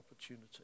opportunity